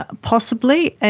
ah possibly, and